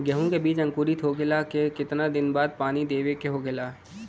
गेहूँ के बिज अंकुरित होखेला के कितना दिन बाद पानी देवे के होखेला?